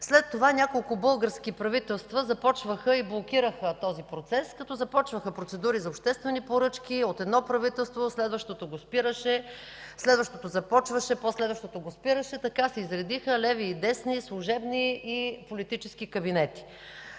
След това няколко български правителства започваха и блокираха този процес, като започваха процедури за обществени поръчки от едно правителство, следващото ги спираше, следващото отново започваше, по-следващото го спираше. Така се изредиха леви и десни служебни и политически кабинети.